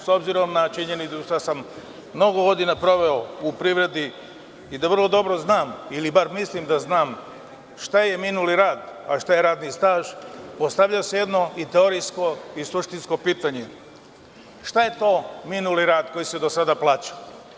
S obzirom na činjenicu da sam mnogo godina proveo u privredi i da vrlo dobro znam, ili bar mislim da znam šta je minuli rad, a šta je radni staž, postavlja se jedno i teorijsko i suštinsko pitanje – šta je to minuli rad koji se do sada plaćao?